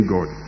God